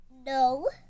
No